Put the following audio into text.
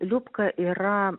liubka yra